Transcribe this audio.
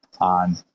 on